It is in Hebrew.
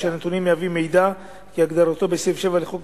או שהנתונים מהווים מידע כהגדרתו בסעיף 7 לחוק